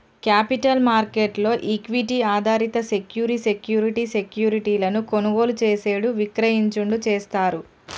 capital market లో equity ఆధారిత సెక్యూరి సెక్యూరిటీ సెక్యూరిటీలను కొనుగోలు చేసేడు విక్రయించుడు చేస్తారు